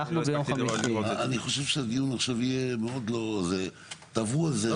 אני לא הספקתי לראות את זה.